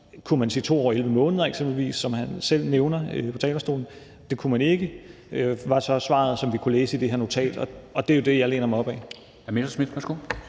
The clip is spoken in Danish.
kunne sige 2 år og 11 måneder eksempelvis, som Morten Messerschmidt selv nævner på talerstolen, og det kunne man ikke, var svaret, som vi så kunne læse i det her notat. Det er jo det, jeg læner mig op ad.